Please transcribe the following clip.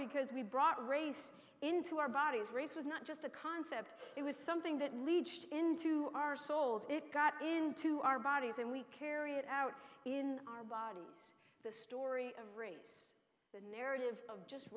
because we brought race into our bodies race was not just a concept it was something that lead into our souls it got into our bodies and we carry it out in our bodies the story of race the narrative of just